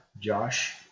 Josh